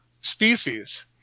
species